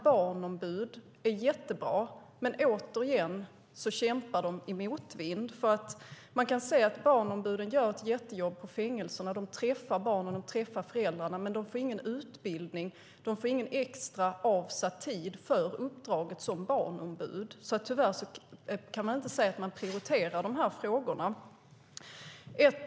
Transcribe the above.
Barnombud är jättebra, men de kämpar som sagt i motvind. Barnombuden gör ett viktigt jobb på fängelserna. De träffar barnen och föräldrarna, men de får ingen utbildning och ingen extra tid avsatt för uppdraget som barnombud. Dessa frågor prioriteras tyvärr inte.